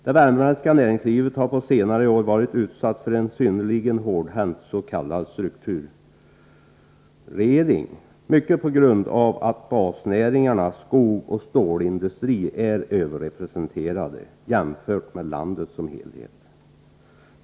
Det värmländska näringslivet har på senare år varit utsatt för en synnerligen hårdhänt s.k. omstrukturering, mycket på grund av att basnäringarna, skogsoch stålindustri, är överrepresenterade jämfört med landet som helhet.